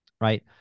right